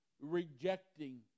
rejecting